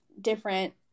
different